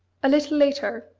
a little later,